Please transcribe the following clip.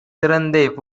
திறந்த